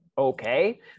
okay